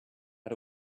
out